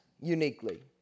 uniquely